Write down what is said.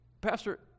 Pastor